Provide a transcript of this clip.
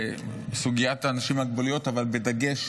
סוגיית האנשים עם מוגבלויות, אבל בדגש